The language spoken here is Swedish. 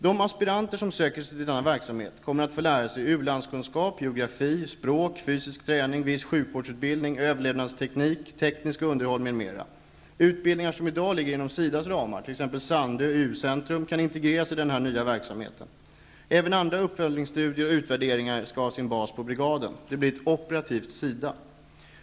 De aspiranter som söker sig till denna verksamhet kommer att få lära sig u-landskunskap, geografi, språk, fysisk träning, viss sjukvårdsutbildning, överlevnadsteknik, tekniskt underhåll m.m. Utbildningar som i dag ligger inom SIDA:s ramar, t.ex. Sandö U-centrum kan integreras i denna nya verksamhet. Även andra uppföljningsstudier och utvärderingar skall ha sin bas på brigaden. Det blir ett operativt SIDA.